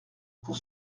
pour